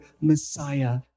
Messiah